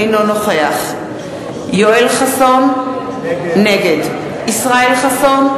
אינו נוכח יואל חסון, נגד ישראל חסון,